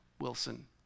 Wilson